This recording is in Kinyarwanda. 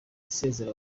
asezera